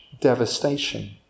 devastation